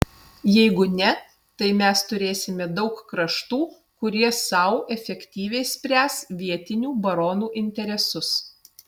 jeigu ne tai mes turėsime daug kraštų kurie sau efektyviai spręs vietinių baronų interesus